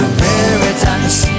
paradise